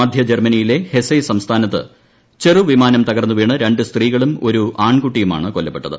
മധ്യജർമ്മനിയിലെ Hesse സംസ്ഥാനത്ത് ചെറുവിമാനം തകർന്നുവീണ് രണ്ടു സ്ത്രീകളും ഒരു ആൺകുട്ടിയുമാണ് കൊല്ലപ്പെട്ടത്